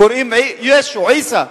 קוראים ישו, עיסא,